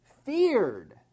Feared